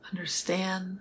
Understand